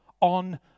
on